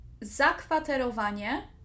Zakwaterowanie